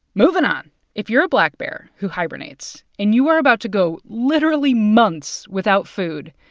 moving on if you're a black bear who hibernates and you are about to go literally months without food,